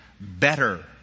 better